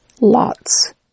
lots